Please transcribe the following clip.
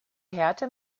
härte